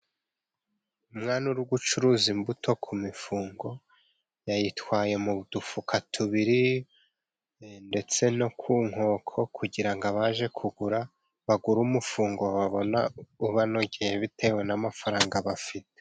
Umwana uri gucuruza imbuto ku mifungo, yayitwaye mu dufuka tubiri ndetse no ku nkoko, kugira ngo abashe kugura, bagura umufungo babona ubanogeye bitewe n'amafaranga bafite.